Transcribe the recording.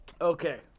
Okay